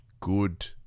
Good